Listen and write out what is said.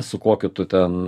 su kokiu tu ten